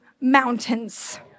mountains